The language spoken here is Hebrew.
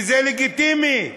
זה לגיטימי.